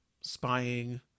spying